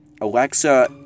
Alexa